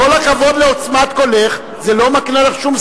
חברת הכנסת זוארץ, לא יכול להיות מצב שבו לא